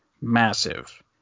massive